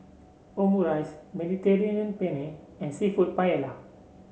Omurice Mediterranean Penne and seafood Paella